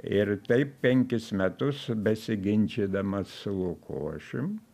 ir taip penkis metus besiginčydamas su lukošium